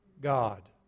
God